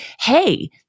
hey